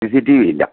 C C T V ഇല്ല